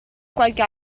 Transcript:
qualche